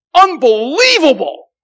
unbelievable